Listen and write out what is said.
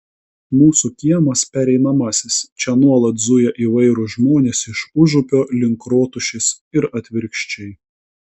mūsų kiemas pereinamasis čia nuolat zuja įvairūs žmonės iš užupio link rotušės ir atvirkščiai